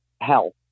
health